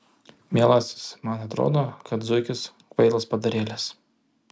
mielasis man atrodo kad zuikis kvailas padarėlis